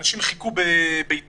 אנשים חיכו בביתר